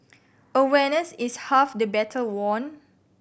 awareness is half the battle won